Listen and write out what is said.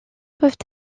peuvent